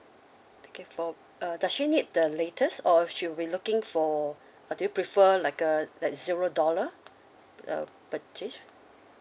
okay for uh does she need the latest or she'll be looking for or do you prefer like uh like zero dollar uh purchase